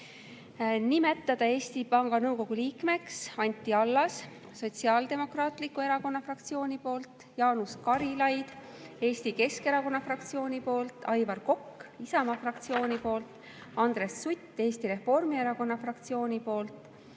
nimetada Eesti Panga Nõukogu liikmeks Anti Allas Sotsiaaldemokraatliku Erakonna fraktsiooni poolt, Jaanus Karilaid Eesti Keskerakonna fraktsiooni poolt, Aivar Kokk Isamaa fraktsiooni poolt, Andres Sutt Eesti Reformierakonna fraktsiooni poolt,